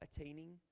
attaining